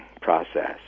process